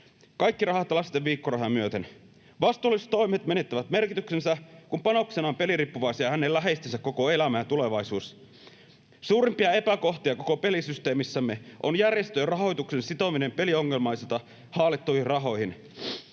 kaikki rahat lasten viikkorahoja myöten. Vastuulliset toimet menettävät merkityksensä, kun panoksena on peliriippuvaisen ja hänen läheistensä koko elämä ja tulevaisuus. Suurimpia epäkohtia koko pelisysteemissämme on järjestöjen rahoituksen sitominen peliongelmaisilta haalittuihin rahoihin.